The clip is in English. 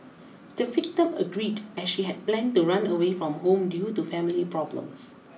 the victim agreed as she had planned to run away from home due to family problems